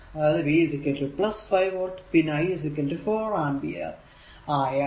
അതായത് V 5 volt പിന്നെ I 4 ampere അയാൽ